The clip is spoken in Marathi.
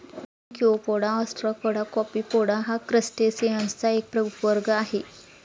ब्रेनकिओपोडा, ऑस्ट्राकोडा, कॉपीपोडा हा क्रस्टेसिअन्सचा एक उपवर्ग आहे